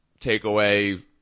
takeaway